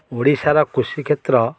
ଓଡ଼ିଶାର କୃଷି କ୍ଷେତ୍ର